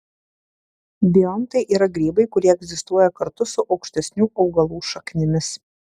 biontai yra grybai kurie egzistuoja kartu su aukštesnių augalų šaknimis